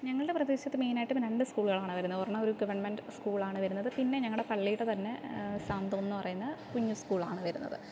ഞങ്ങളുടെ പ്രദേശത്ത് മെയ്ൻ ആയിട്ടും രണ്ട് സ്കൂളുകളാണ് വരുന്നത് ഒരെണ്ണം ഒരു ഗവൺമെൻ്റ് സ്കൂളാണ് വരുന്നത് പിന്നെ ഞങ്ങളുടെ പള്ളിയുടെ തന്നെ സാന്ത്വം എന്ന് പറയുന്ന കുഞ്ഞ് സ്കൂളാണ് വരുന്നത്